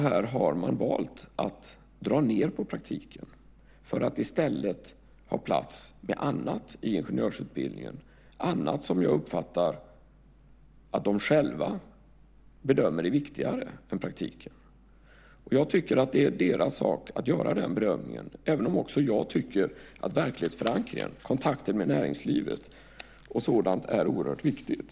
Här har man valt att dra ned på praktiken för att i stället ha plats med annat i ingenjörsutbildningen, sådant som jag uppfattar att de själva bedömer är viktigare än praktiken. Jag tycker att det är deras sak att göra den bedömningen, även om också jag tycker att verklighetsförankringen, kontakten med näringslivet och sådant är oerhört viktigt.